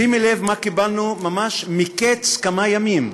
שימי לב מה קיבלנו ממש, מקץ כמה ימים,